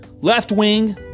left-wing